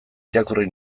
irakurri